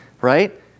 right